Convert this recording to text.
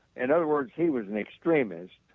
in other words, he was an extremist